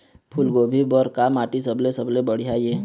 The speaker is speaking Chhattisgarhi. फूलगोभी बर का माटी सबले सबले बढ़िया ये?